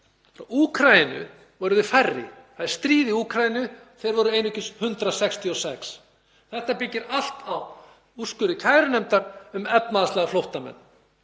Úkraínu voru þeir færri. Það er stríð í Úkraínu og þeir voru einungis 166. Þetta byggir allt á úrskurði kærunefndar um efnahagslega flóttamenn,